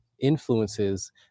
influences